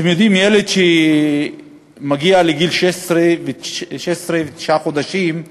אתם יודעים, ילד שמגיע לגיל 16 ותשעה חודשים,